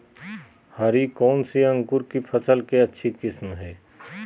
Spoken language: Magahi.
हरी कौन सी अंकुर की फसल के अच्छी किस्म है?